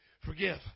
forgive